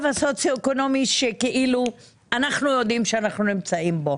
הסוציואקונומי שכאילו אנחנו יודעים שאנחנו נמצאים בו.